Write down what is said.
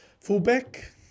fullback